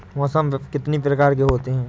मौसम कितनी प्रकार के होते हैं?